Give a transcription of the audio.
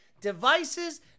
devices